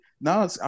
No